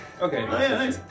Okay